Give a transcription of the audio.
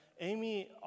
Amy